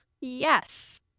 Yes